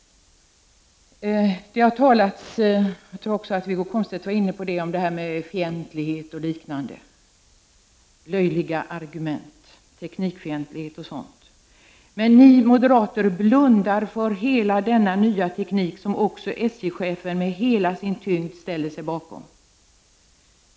Det har talats om löjliga argument, teknik 41 fientlighet osv. — jag tror också att Wiggo Komstedt var inne på det. Men ni moderater blundar för denna nya teknik, som också SJ-chefen med hela sin tyngd ställer sig bakom.